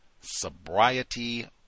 Sobriety